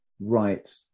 Right